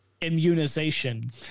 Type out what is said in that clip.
immunization